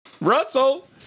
Russell